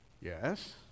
Yes